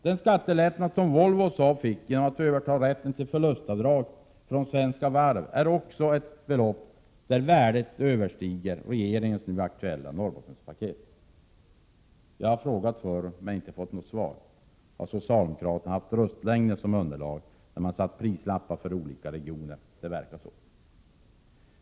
Den skattelättnad som Volvo och Saab fick genom att överta rätten till förlustavdrag från Svenska Varv är också ett belopp där värdet överstiger regeringens nu aktuella Norrbottenspaket. Jag har frågat förut men inte fått svar: Har socialdemokraterna haft röstlängden som underlag när de satt prislappar för olika regioner? Det verkar så.